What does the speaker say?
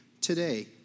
today